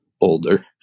older